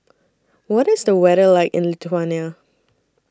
What IS The weather like in Lithuania